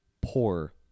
poor